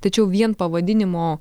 tačiau vien pavadinimo